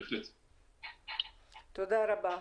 תודה רבה.